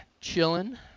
chilling